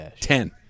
Ten